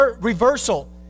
reversal